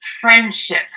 friendship